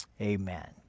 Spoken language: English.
amen